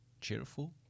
cheerful